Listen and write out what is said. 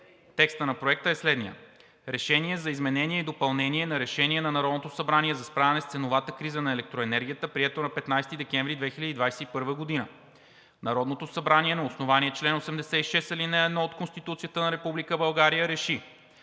Текстът на Проекта е следният: „РЕШЕНИЕ за изменение и допълнение на Решение на Народното събрание за справяне с ценовата криза на електроенергията, прието на 15 декември 2021 г. Народното събрание на основание чл. 86, ал. 1 от Конституцията на Република